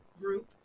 group